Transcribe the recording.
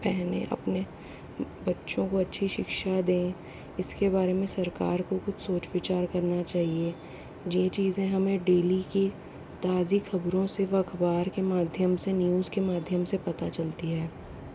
पहने अपने बच्चों को अच्छी शिक्षा दें इसके बारे में सरकार को कुछ सोच विचार करना चाहिए ये चीज़े हमें डेली की ताज़ी खबरों से व अखबार के माध्यम से न्यूज के माध्यम से पता चलती है